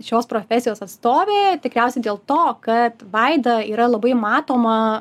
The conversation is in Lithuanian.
šios profesijos atstovė tikriausiai dėl to kad vaida yra labai matoma